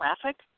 traffic